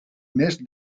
mes